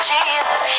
Jesus